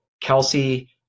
Kelsey